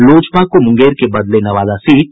लोजपा को मुंगेर के बदले नवादा सीट